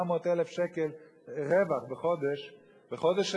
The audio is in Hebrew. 400,000 שקל רווח בחודש בחודש,